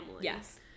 Yes